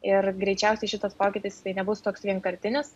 ir greičiausiai šitas pokytis nebus toks vienkartinis